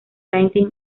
sainte